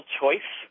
choice